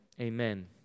Amen